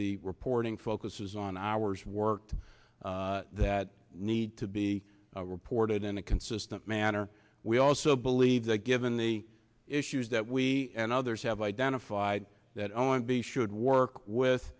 the reporting focuses on hours worked that need to be reported in a consistent manner we also believe that given the issues that we and others have identified that on be should work with